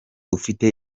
ufite